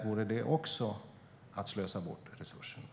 Vore det också att slösa bort resurserna?